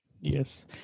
Yes